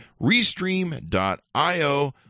Restream.io